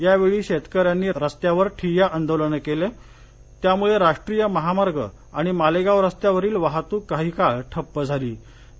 यावेळी शेतकऱ्यांनी रस्त्यावर ठिय्या आंदोलन केल्याने राष्ट्रीय महामार्ग आणि मालेगाव रस्त्यावरील वाहतूक काही काळ ठप्प झाली होती